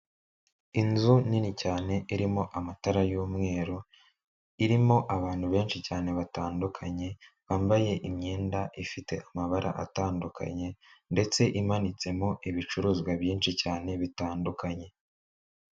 Inzu nini cyane irimo amatara y'umweru, irimo abantu benshi cyane batandukanye, bambaye imyenda ifite amabara atandukanye, ndetse imanitsemo ibicuruzwa byinshi cyane bitandukanye.